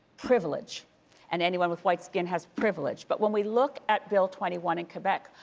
privilege and anyone with white skin has privilege. but when we look at bill twenty one in quebec,